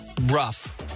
rough